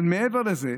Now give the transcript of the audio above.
אבל מעבר לזה,